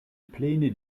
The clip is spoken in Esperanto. plene